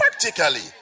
Practically